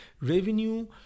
Revenue